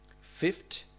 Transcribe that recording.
Fifth